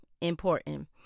important